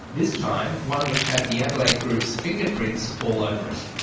this time, one which had the adelaide group's fingerprints all over it.